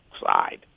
side